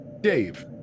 Dave